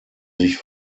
sich